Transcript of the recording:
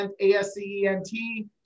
A-S-C-E-N-T